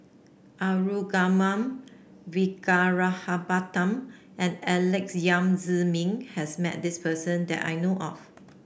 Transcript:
Arumugam and Alex Yam Ziming has met this person that I know of